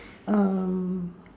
um